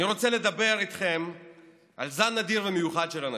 אני רוצה לדבר איתכם על זן נדיר ומיוחד של אנשים,